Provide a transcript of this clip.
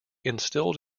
instilled